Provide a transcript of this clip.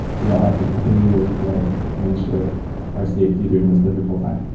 we all have to continue to work together to ensure our safety during this difficult time.